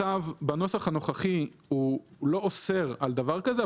הצו בנוסח הנוכחי לא אוסר על דבר כזה,